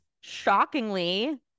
shockingly